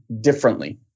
differently